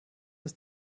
ist